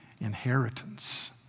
inheritance